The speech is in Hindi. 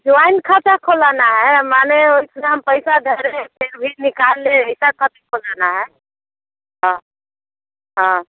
जोआइंट खाता खोलाना है माने उतना हम पैसा धरे फिर भी निकाल लें ऐसा खाता खोलाना है हाँ हाँ